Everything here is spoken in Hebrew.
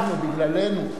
אנחנו, בגללנו.